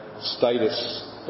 status